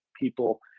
people